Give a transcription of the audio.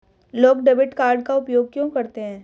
लोग debit card का उपयोग क्यों करते हैं?